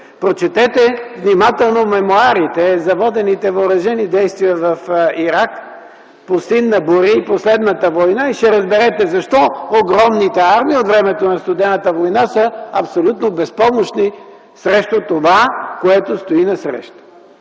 прочетете внимателно мемоарите за водените въоръжени действия в Ирак „Пустинна буря” и „Последната война” и ще разберете защо огромните армии от времето на Студената война са абсолютно безпомощни срещу това, което стои насреща.